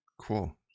cool